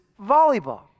volleyball